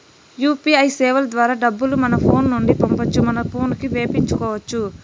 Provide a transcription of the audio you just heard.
UPI సేవల ద్వారా డబ్బులు మన ఫోను నుండి పంపొచ్చు మన పోనుకి వేపించుకొచ్చు